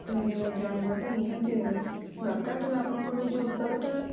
ଧନ୍ୟବାଦ ଜଣାଇବାଟା ନିହାତି ଦରକାର ତେଣୁ ଆପଣଙ୍କର ଏ ଯେଉଁ ଉତ୍ପାଦଟା